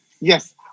yes